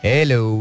Hello